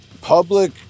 public